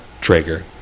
Traeger